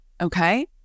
Okay